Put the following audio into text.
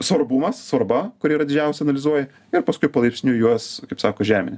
svarbumas svarba kuri yra didžiausia analizuoji ir paskui palaipsniui juos kaip sako žemini